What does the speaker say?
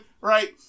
right